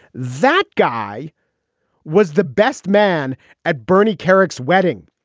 that guy was the best man at bernie kerik's wedding.